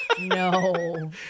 No